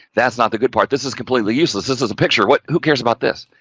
that's not the good part, this is completely useless, this is a picture, what, who cares about this.